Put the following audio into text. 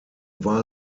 war